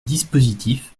dispositif